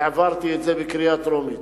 העברתי את זה בקריאה טרומית,